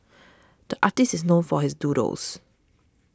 the artist is known for his doodles